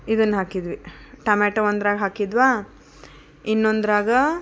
ಇದನ್ನ ಹಾಕಿದ್ವಿ ಟಮಟೊ ಒಂದ್ರಾಗ ಹಾಕಿದ್ವಇನ್ನೊಂದರಾಗ